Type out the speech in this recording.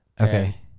Okay